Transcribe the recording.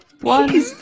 one